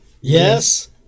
Yes